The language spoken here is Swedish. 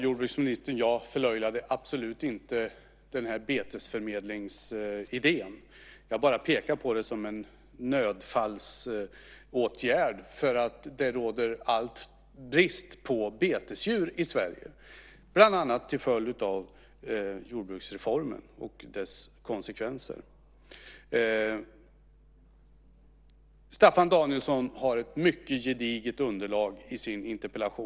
Fru talman! Jag förlöjligade, jordbruksministern, absolut inte betesförmedlingsidén. Jag bara pekade på den som en nödfallsåtgärd, för det råder brist på betesdjur i Sverige bland annat till följd av jordbruksreformen. Staffan Danielsson har ett mycket gediget underlag i sin interpellation.